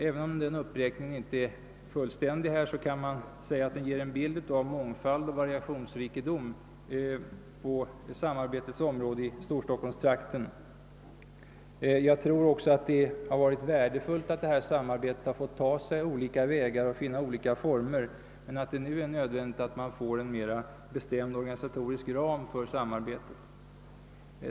Även om denna uppräkning inte är fullständig, kan man säga att den ger en bild av mångfald och variationsrikedom i samarbetsformerna i storstockholmstrakten. Jag tror att det varit värdefullt att detta samarbete har fått ta sig olika vägar och finna olika former men jag tror också att det nu är nödvändigt att man får en mera bestämd organisatorisk ram för samarbetet.